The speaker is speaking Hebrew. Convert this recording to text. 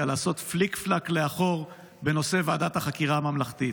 לעשות פליק-פלאק לאחור בנושא ועדת החקירה הממלכתית.